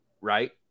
right